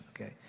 Okay